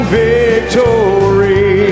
victory